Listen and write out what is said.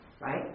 right